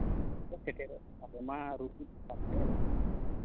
ᱥᱮᱴᱮᱨᱚᱜ ᱯᱮᱥᱮ ᱢᱟ ᱨᱩᱜᱤ ᱵᱷᱩᱨᱛᱤ ᱠᱚᱛᱟ ᱯᱮ